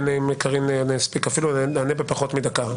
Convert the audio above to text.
בפחות מדקה.